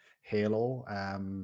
Halo